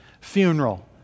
funeral